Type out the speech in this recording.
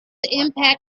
impact